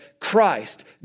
Christ